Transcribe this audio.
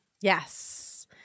Yes